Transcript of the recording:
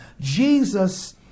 Jesus